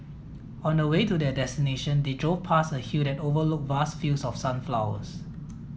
on the way to their destination they drove past a hill that overlook vast fields of sunflowers